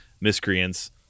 miscreants